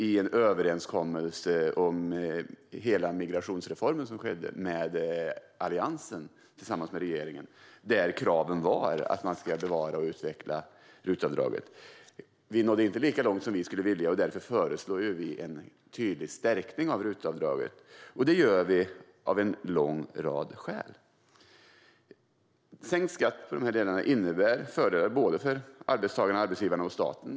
I en överenskommelse om hela migrationsreformen mellan Alliansen och regeringen var kraven att bevara och utveckla RUT-avdraget. Vi nådde inte lika långt som vi skulle vilja, och därför föreslog vi en tydlig stärkning av RUT-avdraget. Det gjorde vi av en lång rad skäl. Sänkt skatt i de delarna innebär fördelar för såväl arbetstagarna och arbetsgivarna som staten.